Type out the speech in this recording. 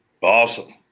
Awesome